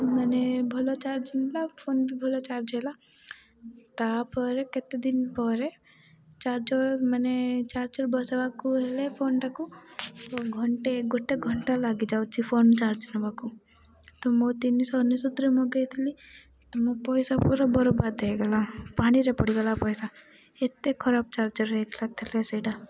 ମାନେ ଭଲ charge phone ବି ଭଲ ଚାର୍ଜ ହେଲା ତା'ପରେ କେତେଦିନ ପରେ ଚାର୍ଜର ମାନେ ଚାର୍ଜର ବସାଇବାକୁ ହେଲେ ଫୋନ୍ଟାକୁ ଘଣ୍ଟେ ଗୋଟେ ଘଣ୍ଟା ଲାଗିଯାଉଛି ଫୋନ୍ ଚାର୍ଜ ନେବାକୁ ତ ମୁଁ ତିନିଶହ ଅନେଶତରେ ମଗାଇଥିଲି ତ ମୋ ପଇସା ପୁରା ବରବାଦ୍ ହେଇଗଲା ପାଣିରେ ପଡ଼ିଗଲା ପଇସା ଏତେ ଖରାପ ଚାର୍ଜର ହେଇ ସେଇଟା